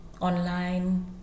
online